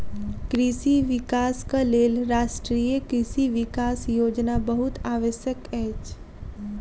कृषि विकासक लेल राष्ट्रीय कृषि विकास योजना बहुत आवश्यक अछि